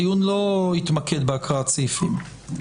הדיון לא יתמקד בהקראת סעיפים.